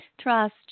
trust